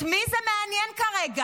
את מי זה מעניין כרגע,